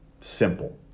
simple